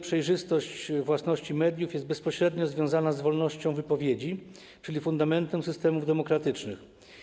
Przejrzystość własności mediów jest bezpośrednio powiązana z wolnością wypowiedzi, czyli fundamentem systemów demokratycznych.